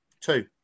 Two